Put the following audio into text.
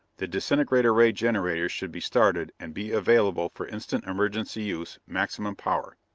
the disintegrator ray generators should be started and be available for instant emergency use, maximum power.